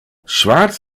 schwarz